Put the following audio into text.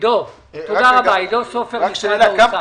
עידו סופר ממשרד האוצר, בבקשה.